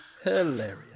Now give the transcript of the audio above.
hilarious